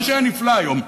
מה שהיה נפלא היום,